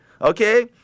Okay